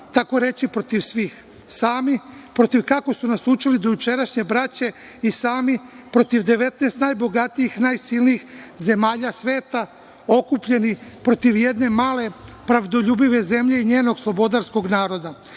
tako reći, protiv svih, sami protiv, kako su nas učili, dojučerašnje braće i sami protiv 19 najbogatijih, najsilnijih zemalja sveta okupljenih protiv jedne male, pravdoljubive zemlje i njenog slobodarskog naroda.